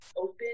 open